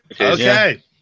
Okay